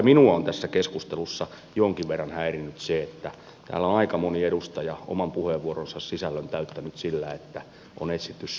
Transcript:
minua on tässä keskustelussa jonkin verran häirinnyt se että täällä on aika moni edustaja oman puheenvuoronsa sisällön täyttänyt sillä että on etsitty syyllisiä